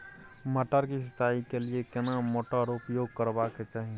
मटर के सिंचाई के लिये केना मोटर उपयोग करबा के चाही?